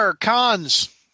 Cons